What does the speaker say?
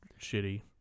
shitty